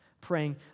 praying